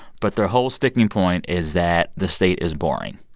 but their whole sticking point is that the state is boring,